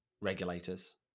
regulators